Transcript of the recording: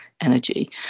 Energy